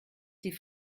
die